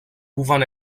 pouvant